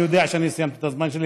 אני יודע שסיימתי את הזמן.